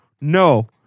No